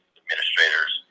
administrators